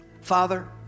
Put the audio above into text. Father